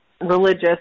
religious